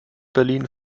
berlin